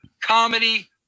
comedy